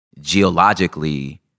geologically